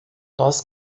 nós